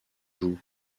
jouent